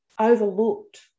overlooked